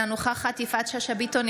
אינה נוכחת יפעת שאשא ביטון,